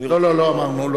אני